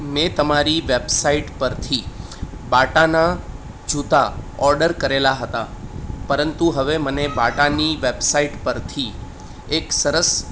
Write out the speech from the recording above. મેં તમારી વેબસાઇટ પરથી બાટાનાં જૂતાં ઓડર કરેલાં હતાં પરંતુ હવે મને બાટાની વેબસાઇટ પરથી એક સરસ